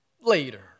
later